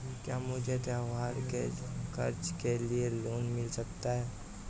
क्या मुझे त्योहार के खर्च के लिए लोन मिल सकता है?